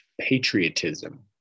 patriotism